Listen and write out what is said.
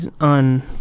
on